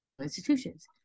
institutions